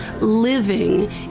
living